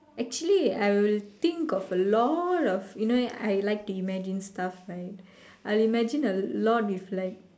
actually I will think of a lot of you know I like to imagine stuff right I'll imagine a lot if like